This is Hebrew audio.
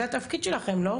זה התפקיד שלכם, לא?